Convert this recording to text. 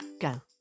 go